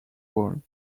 world